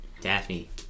Daphne